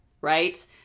right